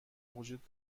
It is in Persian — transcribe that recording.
وجود